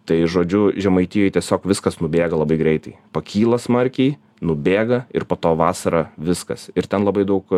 tai žodžiu žemaitijoj tiesiog viskas nubėga labai greitai pakyla smarkiai nubėga ir po to vasarą viskas ir ten labai daug